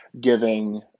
giving